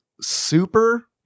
Super